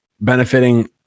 benefiting